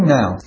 now